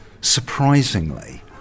surprisingly